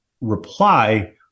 reply